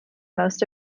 most